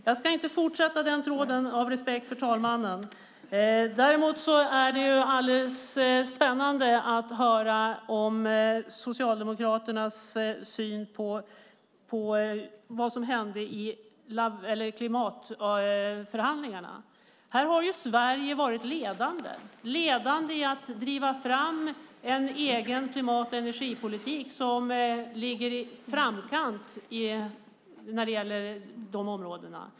Fru talman! Av respekt för talmannen ska jag inte fortsätta den tråden. Däremot är det väldigt spännande att höra Socialdemokraternas syn på vad som hände i klimatförhandlingarna. Här har ju Sverige varit ledande i att driva fram en egen klimat och energipolitik som ligger i framkant när det gäller dessa områden.